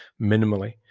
minimally